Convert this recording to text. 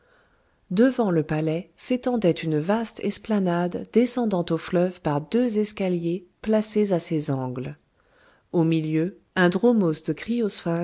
devant le palais s'étendait une vaste esplanade descendant au fleuve par deux escaliers placés à ses angles au milieu un dromos de